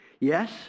Yes